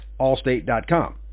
Allstate.com